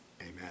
amen